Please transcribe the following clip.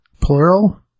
plural